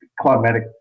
climatic